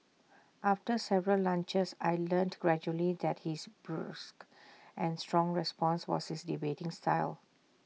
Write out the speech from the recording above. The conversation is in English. after several lunches I learnt gradually that his brusque and strong response was his debating style